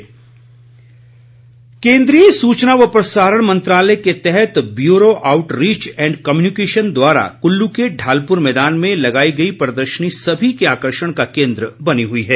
प्रदर्शनी केन्द्रीय सूचना व प्रसारण मंत्रालय के तहत ब्यूरो आउटरीच एंड कम्युनिकेशन द्वारा कुल्लू के ढालपुर मैदान में लगाई गई प्रदर्शनी सभी के आकर्षण का केन्द्र बनी हुई है